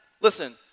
listen